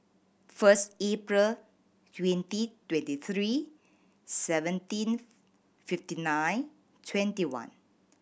first April twenty twenty three seventeen fifty nine twenty one